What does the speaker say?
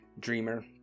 dreamer